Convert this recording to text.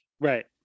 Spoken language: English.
right